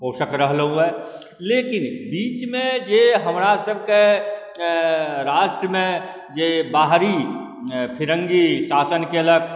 पोषक रहलहुँए लेकिन बीचमे जे हमरा सबके राष्ट्रमे जे बाहरी फिरङ्गी शासन केलक